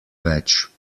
več